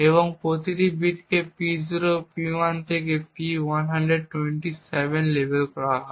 এবং প্রতিটি বিটকে P0 P1 থেকে P127 লেবেল করা হয়